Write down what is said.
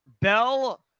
Bell